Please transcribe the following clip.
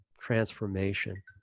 transformation